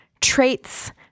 traits